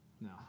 No